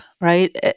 right